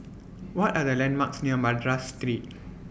What Are The landmarks near Madras Street